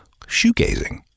shoegazing